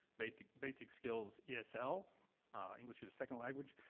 basic basic skills yeah esl, english as a second language,